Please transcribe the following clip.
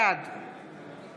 בעד